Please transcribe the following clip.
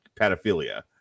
pedophilia